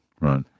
Right